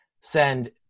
send